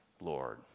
Lord